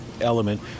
element